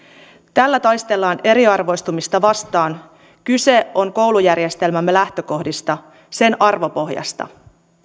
tällä taistellaan eriarvoistumista vastaan kyse on koulujärjestelmämme lähtökohdista sen arvopohjasta